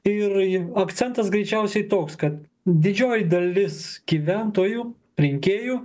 ir akcentas greičiausiai toks kad didžioji dalis gyventojų rinkėjų